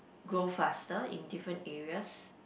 go faster in different areas